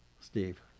Steve